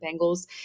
Bengals